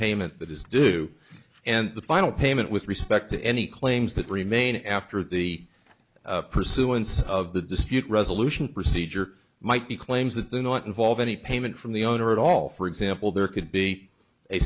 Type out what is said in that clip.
payment that is due and the final payment with respect to any claims that remain after the pursuance of the dispute resolution procedure might be claims that they're not involve any payment from the owner at all for example there could be a